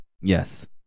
Yes